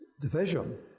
division